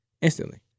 Instantly